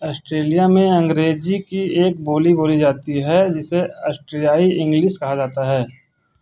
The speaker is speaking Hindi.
ऑस्ट्रेलिया में अंग्रेजी की एक बोली बोली जाती है जिसे ऑस्ट्रेलियाई इंग्लिश कहा जाता है